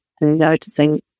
noticing